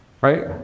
right